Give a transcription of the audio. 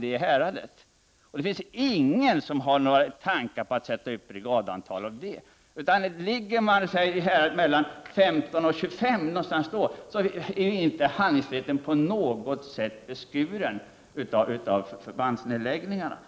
Det finns ingen som av den orsaken har någon tanke på att öka antalet brigader. Ligger man i storleksordningen ungefär mellan 15 och 25 är ju inte handlingsfriheten på något sätt beskuren på grund av förbandsnedläggningarna.